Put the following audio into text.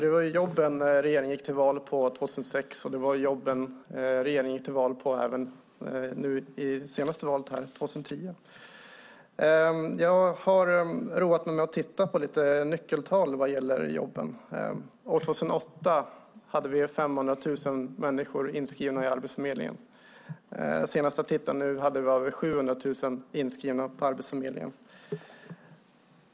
Det var ju jobben som regeringen gick till val på år 2006, och det var jobben som regeringen gick till val på även i det senaste valet, år 2010. Jag har roat mig med att titta på lite nyckeltal vad gäller jobben. År 2008 hade vi 500 000 människor inskrivna i Arbetsförmedlingen. Senast jag tittade hade vi över 700 000 inskrivna i Arbetsförmedlingen.